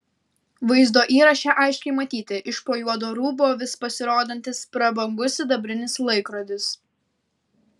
vaizdo įraše aiškiai matyti iš po juodo rūbo vis pasirodantis prabangus sidabrinis laikrodis